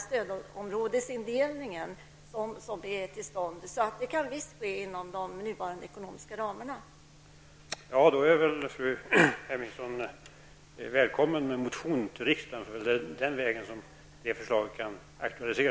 I vilken utsträckning och till vilket belopp har Sverige lämnat humanitär hjälp till krigets offer i Kuwait och Irak samt vilka åtgärder kommer att vidtas för att utöka stödet till krigsdrabbade människor som vistats i dessa länder?